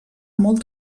molt